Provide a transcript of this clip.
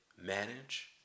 manage